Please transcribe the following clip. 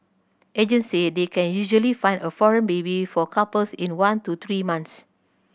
agents say they can usually find a foreign baby for couples in one to three months